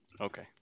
okay